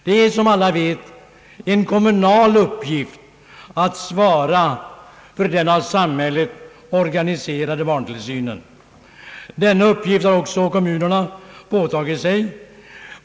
Det är som alla vet en kommunal uppgift att svara för den av samhället organiserade barntillsynen. Denna uppgift har också kommunerna åtagit sig.